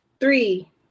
Three